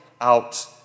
out